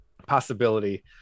possibility